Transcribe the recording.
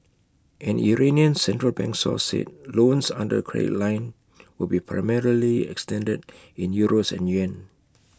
an Iranian central bank source said loans under the credit line would be primarily extended in euros and yuan